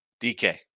DK